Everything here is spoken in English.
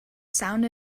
sound